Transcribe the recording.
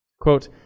Quote